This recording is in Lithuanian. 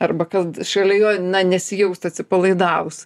arba kad šalia jo na nesijaust atsipalaidavus